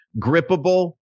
Grippable